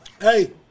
Hey